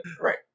right